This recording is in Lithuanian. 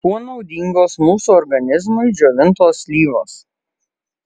kuo naudingos mūsų organizmui džiovintos slyvos